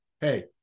hey